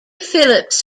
phillips